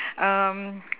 um